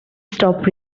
stop